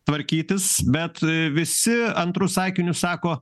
tvarkytis bet visi antru sakiniu sako